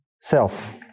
self